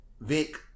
Vic